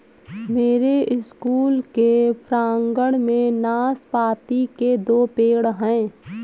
मेरे स्कूल के प्रांगण में नाशपाती के दो पेड़ हैं